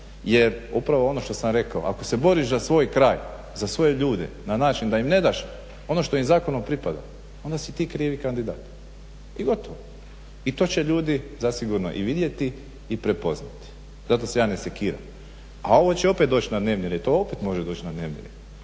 jer upravo ono što sam rekao ako se boriš za svoj kraj, za svoje ljude na način da im ne daš ono što im zakonom pripada onda si ti krivi kandidat i gotovo. I to će ljudi zasigurno vidjeti i prepoznati. Zato se ja ne sekiram. A ovo će opet doći na dnevni red, to opet može doći na dnevni